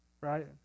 Right